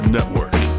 Network